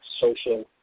social